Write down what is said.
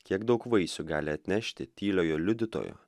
kiek daug vaisių gali atnešti tyliojo liudytojo